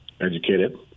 educated